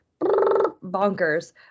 bonkers